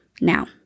Now